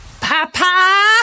Papa